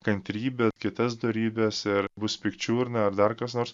kantrybę kitas dorybes ir bus pikčiurna ar dar kas nors